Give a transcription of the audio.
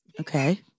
Okay